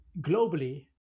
globally